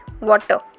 water